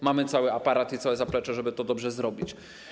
Mamy cały aparat i całe zaplecze, żeby to dobrze zrobić.